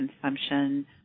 consumption